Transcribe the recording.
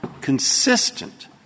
consistent